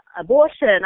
abortion